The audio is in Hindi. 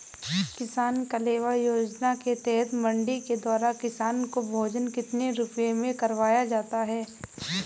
किसान कलेवा योजना के तहत मंडी के द्वारा किसान को भोजन कितने रुपए में करवाया जाता है?